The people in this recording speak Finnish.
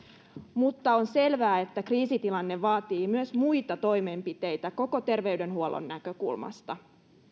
mutta on selvää että kriisitilanne vaatii myös muita toimenpiteitä koko terveydenhuollon näkökulmasta